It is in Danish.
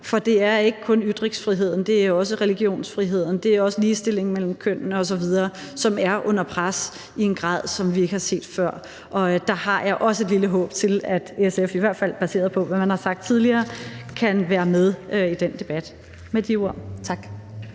for det er ikke kun ytringsfriheden, det er også religionsfriheden, det er også ligestillingen mellem kønnene osv., som er under pres i en grad, som vi ikke har set før. Og der har jeg også et lille håb om, at SF – baseret på, hvad man har sagt tidligere – kan være med i den debat. Med de ord vil